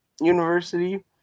University